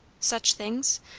such things?